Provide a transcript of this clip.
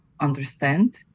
understand